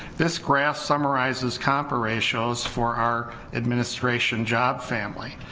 this graph summarizes compa ratios for our administration job family,